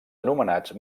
anomenats